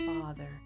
Father